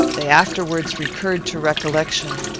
they afterwards recurred to recollection.